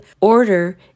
order